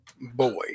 Boy